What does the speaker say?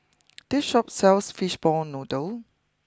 this Shop sells Fishball Noodle